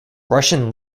russian